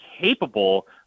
capable